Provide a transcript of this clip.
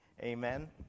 Amen